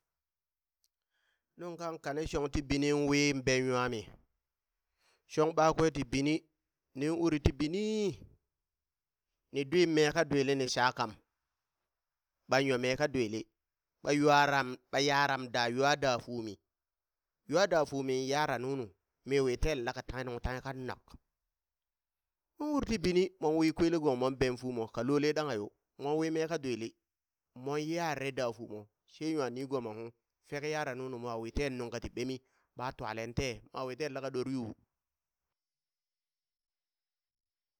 Nung kan kane shong ti bini in wiin ben nwami, shong ɓwakwe ti bini nin uri ti binii, ni dwim mee ka dwili ni shakam, ɓan nyo mee ka dwili, ɓa nwaram ɓa yaram da ywa da fumi, ywa da fumin yara nunu, mi wi ten laka tanghe nung tanghe kanak, mur ti bini, mon wi kwele gong mon ben fumo, ka lole ɗanghat yo, mon wi mee ka dwili, mon yarare da fumo, she nwa nigo mo ung, fek yara nunu, mon wi teen nung kati ɓemi ɓa twalen tee, mo wii teen laka ɗore yuu.